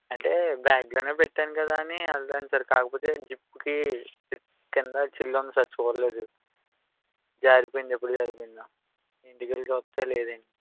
అంటే బ్యాగ్లోనే పెట్టాను కదా అని వెళ్ళాను సార్ కాకపోతే జిప్కి కింద చిల్లుంది సార్ చూడలేదు జారిపోయింది ఎప్పుడు జారిపోయిందో ఇంటికెళ్ళి చూస్తే లేదండి